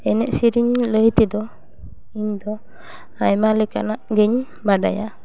ᱮᱱᱮᱡ ᱥᱮᱨᱮᱧ ᱞᱟᱹᱭ ᱛᱮᱫᱚ ᱤᱧ ᱫᱚ ᱟᱭᱢᱟ ᱞᱮᱠᱟᱱᱟᱜ ᱜᱮᱧ ᱵᱟᱰᱟᱭᱟ